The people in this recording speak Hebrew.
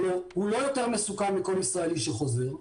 כי הוא לא יותר מסוכן מכל ישראלי שחוזר,